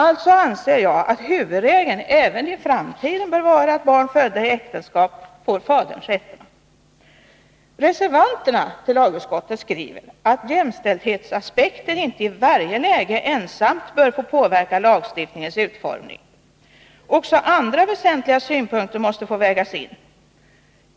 Alltså anser jag att huvudregeln även i framtiden bör vara att barn födda i äktenskap får faderns efternamn. Reservanterna skriver att jämställdhetsaspekter inte i varje läge ensamt bör få påverka lagstiftningens utformning. Också andra väsentliga synpunkter måste få vägas in.